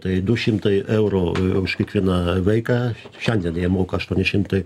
tai du šimtai eurų už kiekvieną vaiką šiandien jie moka aštuoni šimtai